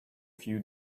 few